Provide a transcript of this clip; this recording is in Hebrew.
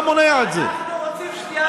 כולנו רוצים שנייה